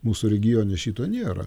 mūsų regione šito nėra